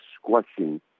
squashing